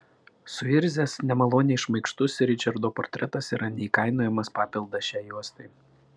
suirzęs nemaloniai šmaikštus ričardo portretas yra neįkainojamas papildas šiai juostai